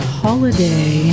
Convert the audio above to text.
holiday